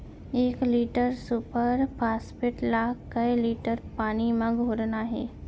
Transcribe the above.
एक litre superphosphate ला कए लीटर पानी मा घोरना हे?